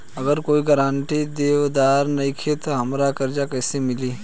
अगर कोई गारंटी देनदार नईखे त हमरा कर्जा कैसे मिली?